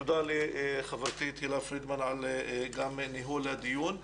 תודה לחברתי תהלה פרידמן על גם ניהול הדיון.